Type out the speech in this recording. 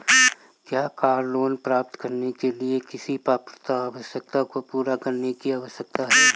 क्या car loan प्राप्त करने के लिए किसी पात्रता आवश्यकता को पूरा करने की आवश्यकता है?